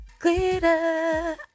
glitter